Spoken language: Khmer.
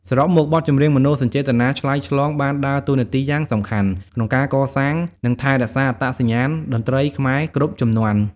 សរុបមក បទចម្រៀងមនោសញ្ចេតនាឆ្លើយឆ្លងបានដើរតួនាទីយ៉ាងសំខាន់ក្នុងការកសាងនិងថែរក្សាអត្តសញ្ញាណតន្ត្រីខ្មែរគ្រប់ជំនាន់។